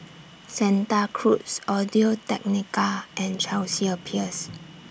Santa Cruz Audio Technica and Chelsea Peers